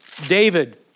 David